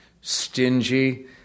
stingy